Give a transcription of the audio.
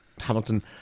Hamilton